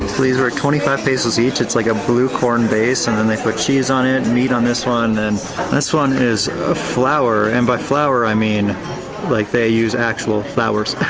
were twenty five pesos each. it's like a blue corn base and then they put cheese on it and meat on this one, and this one is a flower, and by flower, i mean like they use actual flowers.